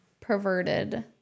perverted